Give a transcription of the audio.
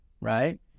right